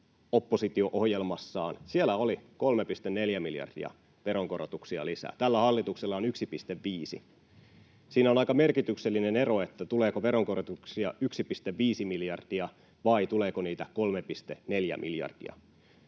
oppositio-ohjelmassa oli 3,4 miljardia veronkorotuksia lisää. Tällä hallituksella on 1,5. Siinä on aika merkityksellinen ero, tuleeko veronkorotuksia 1,5 miljardia vai tuleeko niitä 3,4 miljardia.